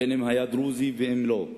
בין שהיה דרוזי ובין שלאו,